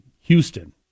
Houston